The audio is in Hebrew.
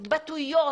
התבטאויות,